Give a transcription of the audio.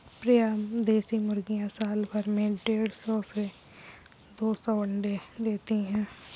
प्रायः देशी मुर्गियाँ साल भर में देढ़ सौ से दो सौ अण्डे देती है